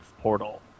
Portal